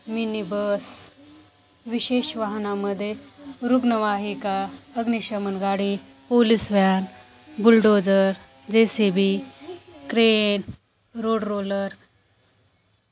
mini bus विशेष वाहनामध्ये रुग्णवाहिका अग्निशमन गाडी police van bulldozer J C B crane road roller